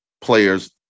players